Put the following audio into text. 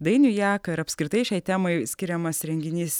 dainių jaką ir apskritai šiai temai skiriamas renginys